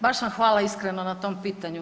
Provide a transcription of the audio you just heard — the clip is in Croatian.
Baš vam hvala iskreno na tom pitanju.